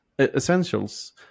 essentials